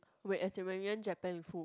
wait as in when we went Japan with who